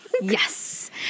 Yes